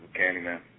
Candyman